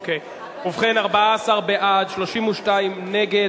ובכן, 14 בעד, 32 נגד.